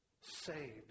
Saved